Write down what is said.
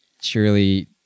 surely